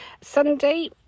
sunday